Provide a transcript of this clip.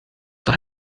doch